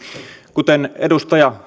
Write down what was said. kuten edustaja